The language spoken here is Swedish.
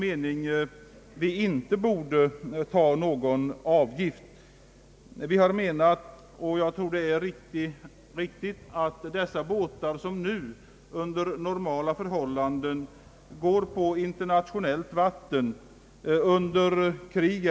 Då är det, säger han, också rimligt att fiskarna betalar för att dessa båtar skall användas av militären i händelse av krig.